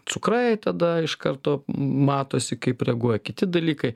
cukrai tada iš karto matosi kaip reaguoja kiti dalykai